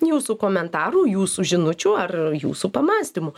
jūsų komentarų jūsų žinučių ar jūsų pamąstymų